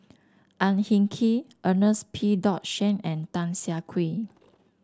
Ang Hin Kee Ernest P dot Shank and Tan Siah Kwee